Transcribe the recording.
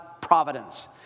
providence